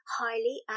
highly